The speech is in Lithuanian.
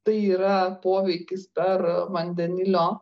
tai yra poveikis per vandenilio